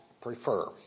prefer